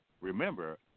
remember